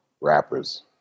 rappers